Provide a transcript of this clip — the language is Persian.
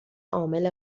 عامل